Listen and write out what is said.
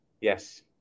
Yes